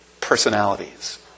personalities